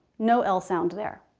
no l sound there.